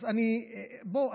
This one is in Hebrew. אז בוא,